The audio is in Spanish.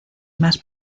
más